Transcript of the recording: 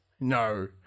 no